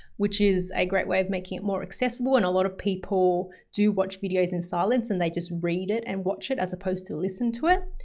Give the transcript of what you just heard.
which is a great way of making it more accessible. and a lot of people do watch videos in silence and they just read it and watch it as opposed to listen to it.